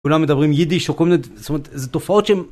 כולם מדברים יידיש, זאת אומרת זה תופעות שהם.